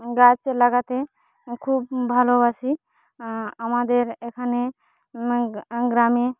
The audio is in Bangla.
গাছ লাগাতে খুব ভালোবাসি আমাদের এখানে গ্রামে